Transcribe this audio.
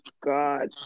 God